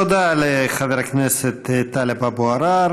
תודה לחבר הכנסת טלב אבו עראר.